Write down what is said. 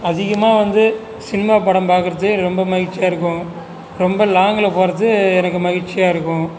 அதிகமாக வந்து சினிமா படம் பார்க்குறது ரொம்ப மகிழ்ச்சியாருக்கும் ரொம்ப லாங்கில் போகிறது எனக்கு மகிழ்ச்சியாருக்கும்